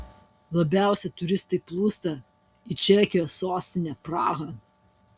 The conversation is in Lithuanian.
labiausiai turistai plūsta į čekijos sostinę prahą